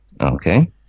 Okay